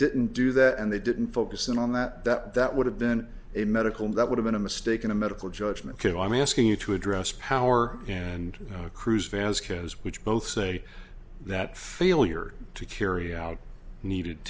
didn't do that and they didn't focus in on that that that would have been a medical that would have been a mistake in a medical judgment that i'm asking you to address power and cruise vasquez which both say that failure to carry out needed